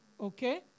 Okay